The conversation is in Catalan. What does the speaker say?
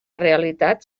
realitat